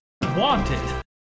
Wanted